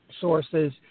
sources